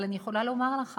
אבל אני יכולה לומר לך